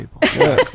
people